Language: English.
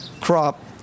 crop